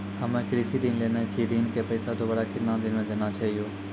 हम्मे कृषि ऋण लेने छी ऋण के पैसा दोबारा कितना दिन मे देना छै यो?